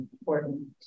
important